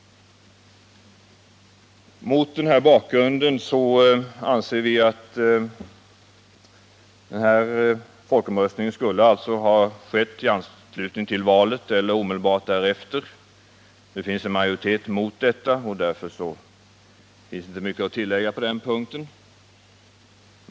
Mot denna bakgrund anser vi att folkomröstningen borde ha skett i anslutning till valet eller under hösten. Det finns en majoritet mot detta, och därför finns inte mycket att tillägga på den punkten.